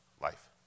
Life